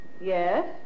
Yes